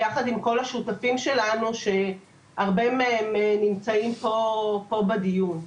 ביחד עם כל השותפים שלנו שהרבה מהם נמצאים פה בדיון.